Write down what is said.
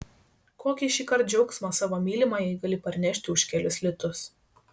kokį šįkart džiaugsmą savo mylimajai gali parnešti už kelis litus